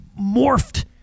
morphed